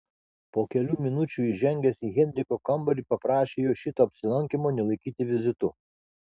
po kelių minučių įžengęs į heinricho kambarį paprašė jo šito apsilankymo nelaikyti vizitu